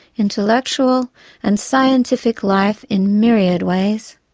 intellectual and scientific life in myriad ways.